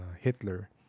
Hitler